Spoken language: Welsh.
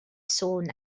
sôn